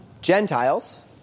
Gentiles